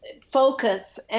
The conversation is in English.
focus